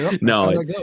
No